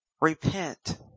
Repent